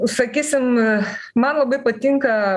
užsakysim man labai patinka